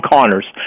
Connors